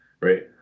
right